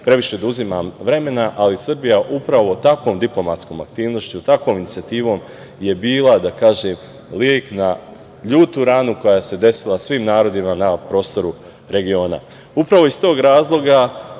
previše da uzimam vremena, ali Srbija upravo takvom diplomatskom aktivnošću, takvom inicijativom je bila lek na ljutu ranu koja se desila svim narodima na prostoru regiona. Upravo iz tog razloga